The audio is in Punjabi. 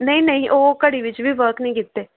ਨਹੀਂ ਨਹੀਂ ਉਹ ਘੜੀ ਵਿੱਚ ਵੀ ਵਰਕ ਨਹੀਂ ਕੀਤੇ